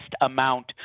amount